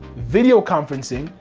video conferencing,